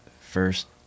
first